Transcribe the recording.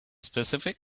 specific